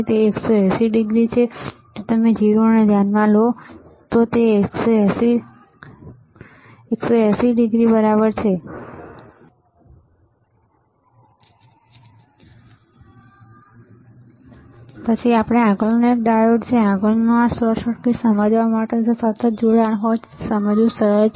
તે 180o છે જો તમે 0 ને ધ્યાનમાં લો તો તે 180 બરાબર છે પછી આગળનો એક ડાયોડ છે આગળનો આ શોર્ટ સર્કિટ સમજવા માટે છે જો સતત જોડાણ હોય તો તે સમજવું સરળ છે